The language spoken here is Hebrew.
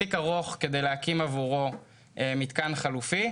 מספיק ארוך כדי להקים עבורו מתקן חלופי,